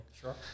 Sure